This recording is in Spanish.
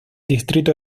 distrito